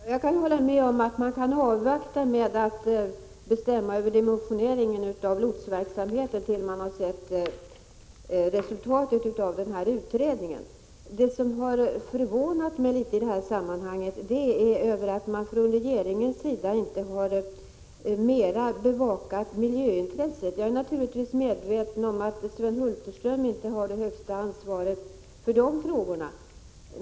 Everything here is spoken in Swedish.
Herr talman! Jag håller med om att man kan avvakta när det gäller att bestämma dimensioneringen av lotsverksamheten till dess att man har sett resultatet av pågående utredning. Det som har förvånat mig litet i detta sammanhang är att man från regeringens sida inte mera har bevakat miljöintresset. Jag är naturligtvis medveten om att Sven Hulterström inte har det yttersta ansvaret för de här frågorna.